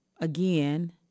again